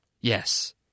Yes